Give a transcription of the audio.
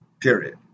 Period